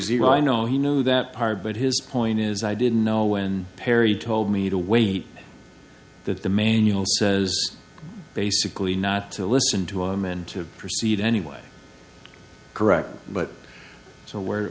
zero i know he knew that part but his point is i didn't know when perry told me to wait that the manual says basically not to listen to him and to proceed anyway correct but so where